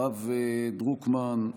הרב דרוקמן,